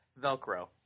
Velcro